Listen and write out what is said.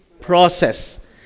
process